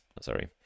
sorry